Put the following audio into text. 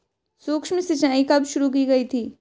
सूक्ष्म सिंचाई कब शुरू की गई थी?